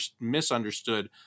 misunderstood